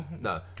No